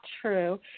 true